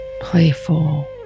playful